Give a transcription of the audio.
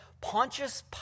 Pontius